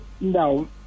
no